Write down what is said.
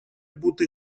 бути